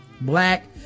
black